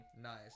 Nice